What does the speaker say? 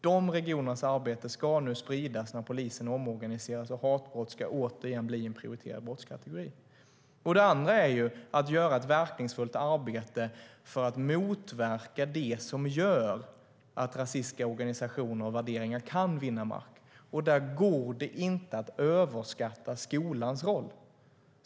De regionernas arbete ska nu spridas när polisen omorganiseras och hatbrott åter ska bli en prioriterad brottskategori. Det andra är ett verkningsfullt arbete för att motverka det som gör att rasistiska organisationer och värderingar kan vinna mark. Där går det inte att överskatta skolans roll.